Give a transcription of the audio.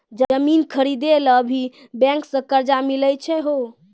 जमीन खरीदे ला भी बैंक से कर्जा मिले छै यो?